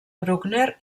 bruckner